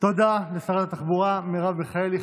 תודה לשרת התחבורה מרב מיכאלי.